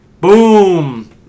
Boom